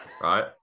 right